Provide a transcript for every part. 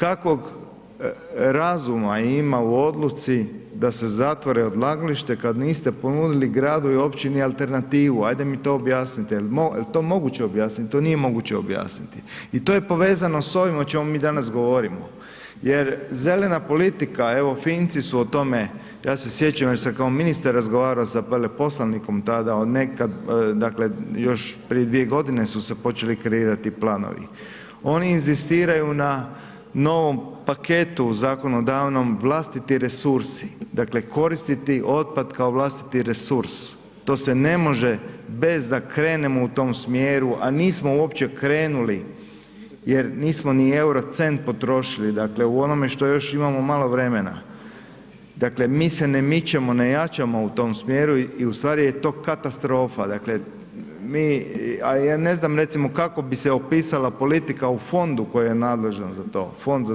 Kakvog razuma ima u odluci da se zatvore odlagalište kad niste ponudili gradu i općini alternativu, ajde mi to objasnite, jel to moguće objasnit, to nije moguće objasniti i to je povezano s ovim o čemu mi danas govorimo jer zelena politika, evo Finci su o tome, ja se sjećam jer sam kao ministar razgovarao sa veleposlanikom tada, od nekad, dakle još prije 2.g. su se počeli kreirati planovi, oni inzistiraju na novom paketu zakonodavnom vlastiti resursi, dakle koristiti otpad kao vlastiti resurs, to se ne može bez da krenemo u tom smjeru, a nismo uopće krenuli jer nismo ni eurocent potrošili, dakle u onome što još imamo malo vremena, dakle mi se ne mičemo, ne jačamo u tom smjeru i u stvari je to katastrofa, dakle mi, a ja ne znam recimo kako bi se opisala politika u fondu koji je nadležan za to, Fond za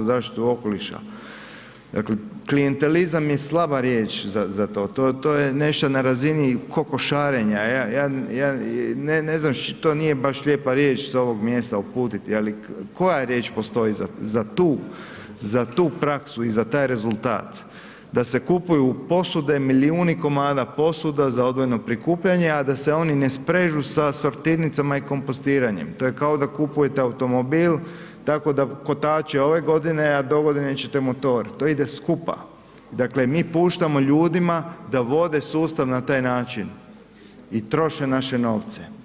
zaštitu okoliša, dakle klijentelizam je slaba riječ za, za to, to, to je nešto na razini kokošarenja, ja, ja, ja ne, ne znam, to nije baš lijepa riječ sa ovog mjesta uputiti, ali koja riječ postoji za, za tu, za tu praksu i za taj rezultat da se kupuju posude, milijuni komada posuda za odvojeno prikupljanje, a da se oni ne sprežu sa sortirnicama i kompostiranjem, to je kao da kupujete automobil tako da kotači ove godine, a dogodine ćete motor, to ide skupa, dakle mi puštamo ljudima da vode sustav na taj način i troše naše novce.